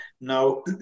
Now